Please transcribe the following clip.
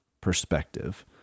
perspective